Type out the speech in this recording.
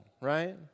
right